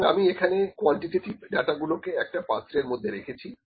সুতরাং আমি এখানে কোয়ান্টিটেটিভ ডাটাগুলোকে একটা পাত্রের মধ্যে রেখেছি